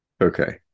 Okay